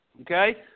Okay